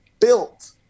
built